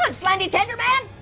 um slendy tender man?